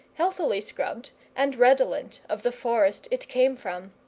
healthily scrubbed, and redolent of the forest it came from.